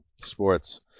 Sports